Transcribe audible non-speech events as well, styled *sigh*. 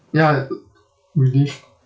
ya *noise* relive